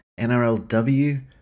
NRLW